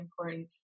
important